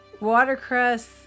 watercress